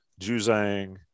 Juzang